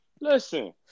Listen